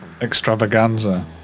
extravaganza